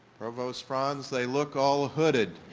provost fronds, they look all hooded.